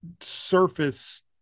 surface